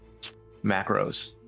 macros